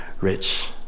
rich